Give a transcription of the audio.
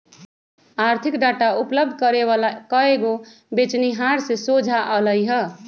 आर्थिक डाटा उपलब्ध करे वला कएगो बेचनिहार से सोझा अलई ह